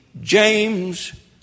James